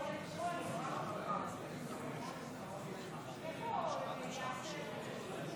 התקבלה מאחר שלא קיבלה את הרוב